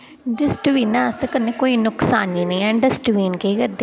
डस्टबीनै असें कन्नै असेंगी कोई नुक्सान बी नेईं ऐ डस्टबीन केह् करदे